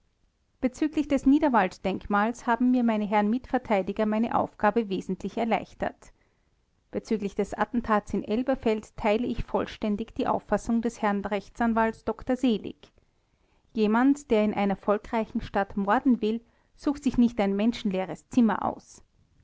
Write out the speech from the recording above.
bezüglich des niederwalddenkmals haben mir meine herren mitverteidiger meine aufgabe wesentlich erleichtert bezüglich des attentats in elberfeld teile ich vollständig die auffassung des herrn rechtsanwalts dr seelig jemand der in einer volkreichen stadt morden will sucht sich nicht ein menschenleeres zimmer aus